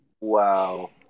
Wow